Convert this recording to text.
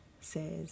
says